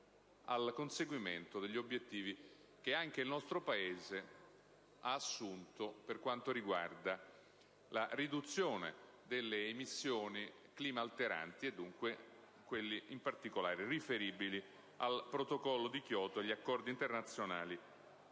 al conseguimento degli obiettivi che anche il nostro Paese ha assunto per quanto riguarda la riduzione delle emissioni clima-alteranti, in particolare, quelle riferibili al Protocollo di Kyoto e agli accordi internazionali